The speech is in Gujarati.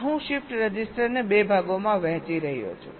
આ હું શિફ્ટ રજિસ્ટરને 2 ભાગોમાં વહેંચી રહ્યો છું